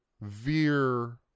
veer